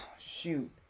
shoot